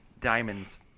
diamonds